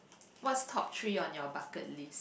what's top three on your bucket list